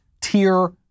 tier